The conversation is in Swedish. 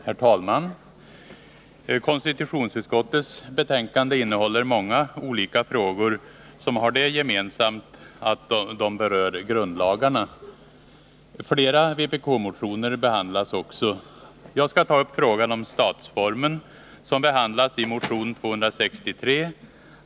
Herr talman! Konstitutionsutskottets betänkande innehåller många olika frågor, som har det gemensamt att de berör grundlagarna. Flera vpkmotioner behandlas också. Jag skall ta upp frågan om statsformen, som behandlas i motion 263.